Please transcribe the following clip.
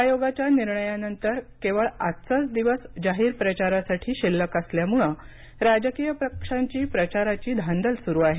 आयोगाच्या निर्णयानंतर केवळ आजचाच दिवस जाहीर प्रचारासाठी शिल्लक असल्यामुळे राजकीय पक्षांची प्रचाराची धांदल सुरू आहे